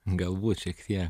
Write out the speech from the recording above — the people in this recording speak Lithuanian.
galbūt šiek tiek